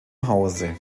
hause